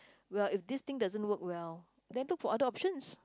well if this thing doesn't work well then look for other options